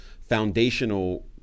foundational